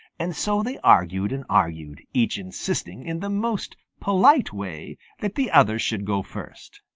and so they argued and argued, each insisting in the most polite way that the other should go first.